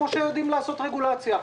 כפי שיודעים לעשות רגולציה.